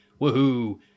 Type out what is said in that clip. woohoo